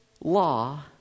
law